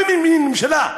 איזה מין ממשלה?